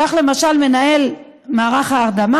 כך, למשל, מנהל מערך ההרדמה